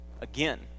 again